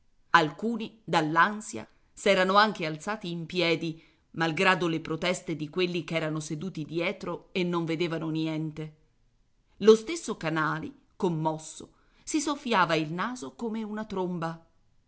sentirla alcuni dall'ansia s'erano anche alzati in piedi malgrado le proteste di quelli ch'erano seduti dietro e non vedevano niente lo stesso canali commosso si soffiava il naso come una tromba